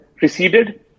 preceded